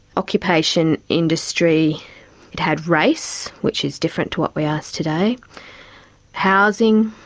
occupation, industry it had race, which is different to what we ask today housing,